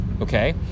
okay